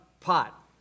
pot